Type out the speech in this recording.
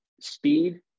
Speed